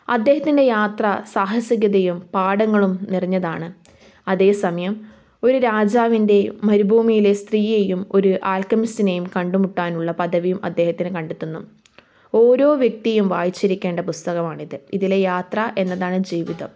അദ്ദേഹത്തിൻ്റെ യാത്ര സാഹസികതയും പാഠങ്ങളും നിറഞ്ഞതാണ് അതേസമയം ഒരു രാജാവിൻ്റെ മരുഭൂമിയിലെ സ്ത്രീയെയും ഒരു ആൽക്കമിസ്റ്റിനെയും കണ്ടുമുട്ടാനുള്ള പദവിയും അദ്ദേഹത്തിന് കണ്ടെത്തുന്നു ഓരോ വ്യക്തിയും വായിച്ചിരിക്കേണ്ട പുസ്തകമാണിത് ഇതിലെ യാത്ര എന്നതാണ് ജീവിതം